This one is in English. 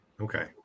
Okay